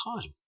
time